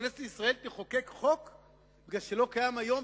כנסת ישראל תחוקק חוק בגלל שלא קיים היום?